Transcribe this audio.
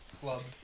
clubbed